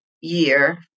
year